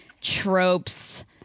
tropes